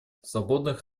свободных